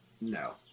No